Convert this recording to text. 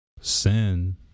sin